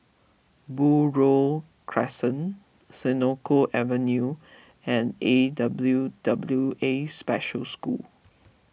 Buroh Crescent Senoko Avenue and A W W A Special School